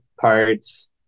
parts